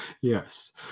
Yes